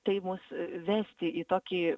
tai mus vesti į tokį